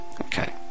Okay